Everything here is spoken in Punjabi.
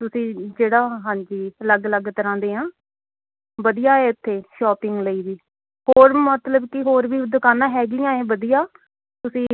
ਤੁਸੀਂ ਜਿਹੜਾ ਹਾਂਜੀ ਅਲੱਗ ਅਲੱਗ ਤਰ੍ਹਾਂ ਦੇ ਆ ਵਧੀਆ ਹੈ ਇੱਥੇ ਸ਼ੋਪਿੰਗ ਲਈ ਵੀ ਹੋਰ ਮਤਲਬ ਕੀ ਹੋਰ ਵੀ ਦੁਕਾਨਾਂ ਹੈਗੀਆਂ ਹੈ ਵਧੀਆਂ ਤੁਸੀਂ